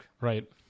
right